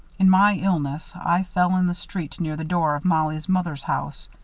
in my illness, i fell in the street near the door of mollie's mother's house,